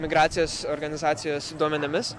migracijos organizacijos duomenimis